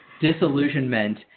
disillusionment